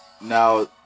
Now